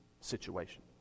situation